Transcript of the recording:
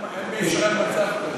אין בישראל מצב כזה.